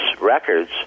records